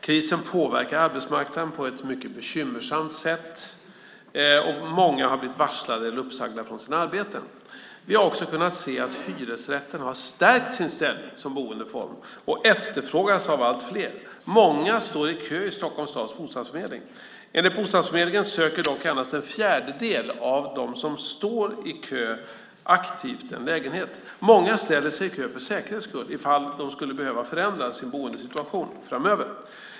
Krisen påverkar arbetsmarknaden på ett mycket bekymmersamt sätt och många har blivit varslade eller uppsagda från sina arbeten. Vi har också kunnat se att hyresrätten har stärkt sin ställning som boendeform och efterfrågas av allt fler. Många står i kö i Stockholm stads bostadsförmedling. Enligt bostadsförmedlingen söker dock endast en fjärdedel av dem som står i kö aktivt en lägenhet. Många ställer sig i kö för säkerhets skull, ifall de skulle behöva förändra sin boendesituation framöver.